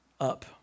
up